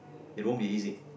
it won't be easy